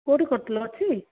କେଉଁଠୁ କରୁଥିଲ ଅଛି